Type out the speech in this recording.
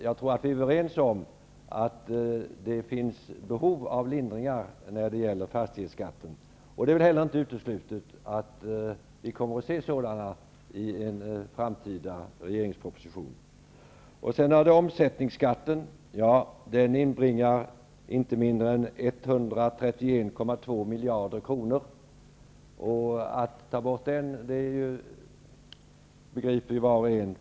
Jag tror att vi är överens om att det finns behov av lindringar när det gäller fastighetsskatten. Det är inte heller uteslutet att vi kommer att se sådana i en framtida regeringsproposition. miljarder kronor, varför det är fullkomligt otänkbart att ta bort den. Det begriper ju var och en.